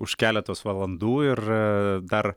už keletos valandų ir dar